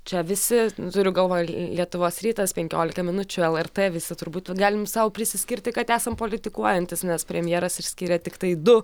čia visi turiu galvoj lietuvos rytas penkiolika minučių lrt visi turbūt galim sau prisiskirti kad esam politikuojantys nes premjeras išskyrė tiktai du